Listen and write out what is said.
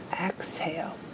exhale